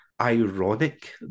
ironic